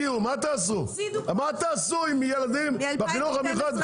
מה תעשו עם ילדים בחינוך המיוחד?